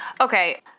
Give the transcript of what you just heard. Okay